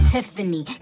Tiffany